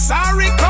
Sorry